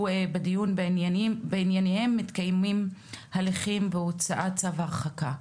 בדיון שבעניינם מתקיימים הליכים והוצאת צו הרחקה.